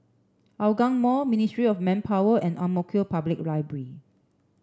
Hougang Mall Ministry of Manpower and Ang Mo Kio Public Library